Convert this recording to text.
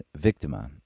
victima